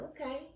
Okay